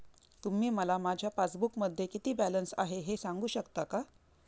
तुम्ही मला माझ्या पासबूकमध्ये किती बॅलन्स आहे हे सांगू शकता का?